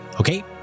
Okay